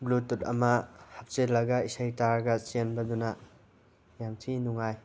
Bluetooth ꯑꯃ ꯍꯥꯞꯆꯜꯂꯒ ꯏꯁꯩ ꯇꯥꯔꯒ ꯆꯦꯟꯕꯗꯨꯅ ꯌꯥꯝ ꯊꯤꯅ ꯅꯨꯡꯉꯥꯏ